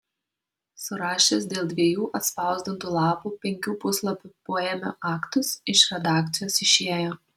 surašęs dėl dviejų atspausdintų lapų penkių puslapių poėmio aktus iš redakcijos išėjo